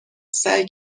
سعی